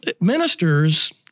ministers